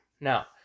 Now